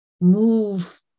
move